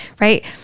right